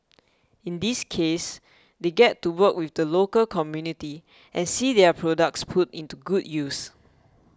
in this case they get to work with the local community and see their products put into good use